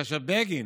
כאשר בגין